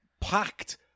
packed